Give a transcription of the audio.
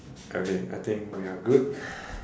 okay I think we are good